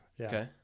Okay